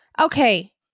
okay